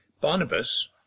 Barnabas